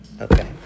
okay